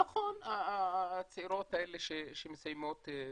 נכון, הצעירות שמסיימות.